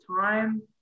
time